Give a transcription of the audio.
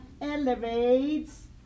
elevates